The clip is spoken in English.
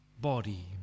body